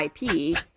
IP